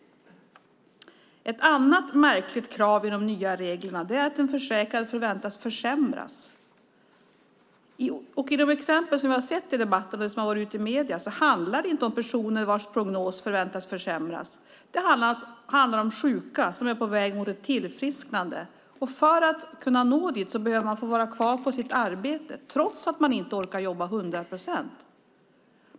Ett annat märkligt krav i de nya reglerna är att den försäkrade förväntas försämras. I de exempel som vi har sett i debatten och det som har varit ute i medierna handlar det inte om personer vars prognos förväntas försämras. Det handlar om sjuka som är på väg mot ett tillfrisknande. För att kunna nå dit behöver de få vara kvar på sitt arbete trots att de inte orkar jobba 100 procent.